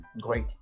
great